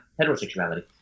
heterosexuality